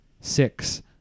six